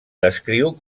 descriu